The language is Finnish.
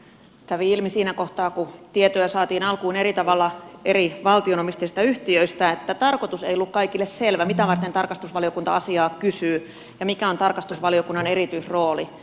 kävi ilmi siinä kohtaa kun tietoja saatiin alkuun eri tavalla eri valtion omistamista yhtiöistä että tarkoitus ei ollut kaikille selvä mitä varten tarkastusvaliokunta asiaa kysyy ja mikä on tarkastusvaliokunnan erityisrooli